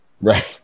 right